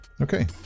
Okay